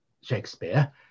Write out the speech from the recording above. Shakespeare